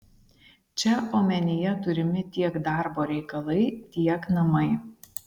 čia omenyje turimi tiek darbo reikalai tiek namai